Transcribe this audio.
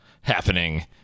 happening